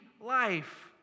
life